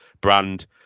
brand